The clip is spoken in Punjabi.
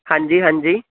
ਹਾਂਜੀ ਹਾਂਜੀ